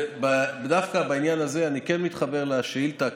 דווקא בעניין הזה אני כן מתחבר לשאילתה,